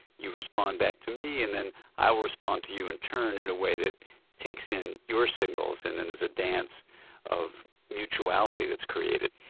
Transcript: you respond back to me and then i'll respond to you in turn in a way that takes in your signals and then there's a dance of mutuality that's created.